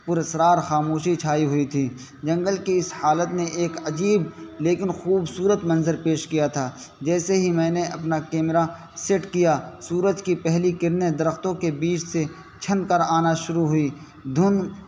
پراسرار خاموشی چھائی ہوئی تھی جنگل کے اس حالت نے ایک عجیب لیکن خوبصورت منظر پیش کیا تھا جیسے ہی میں نے اپنا کیمرہ سیٹ کیا سورج کی پہلی کرنیں درختوں کے بیچ سے چھن کر آنا شروع ہوئی دھند